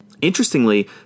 Interestingly